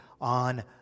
on